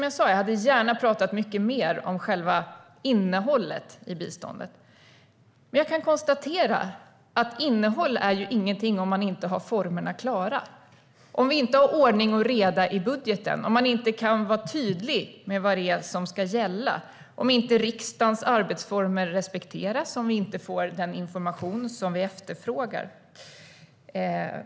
Jag hade gärna pratat mer om själva innehållet i biståndet, men jag kan konstatera att innehåll är ingenting om man inte har formerna klara, det vill säga om det inte råder ordning och reda i budgeten, om det inte går att vara tydlig med vad som ska gälla, om inte riksdagens arbetsformer respekteras och om det inte går att få efterfrågad information.